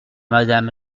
madame